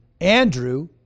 Andrew